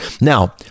Now